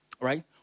Right